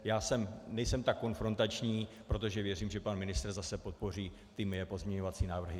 Já nejsem tak konfrontační, protože věřím, že pan ministr zase podpoří ty moje pozměňovací návrhy.